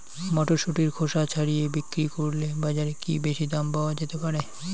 মটরশুটির খোসা ছাড়িয়ে বিক্রি করলে বাজারে কী বেশী দাম পাওয়া যেতে পারে?